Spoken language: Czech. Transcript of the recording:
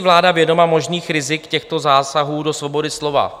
Je si vláda vědoma možných rizik těchto zásahů do svobody slova?